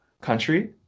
Country